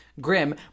grim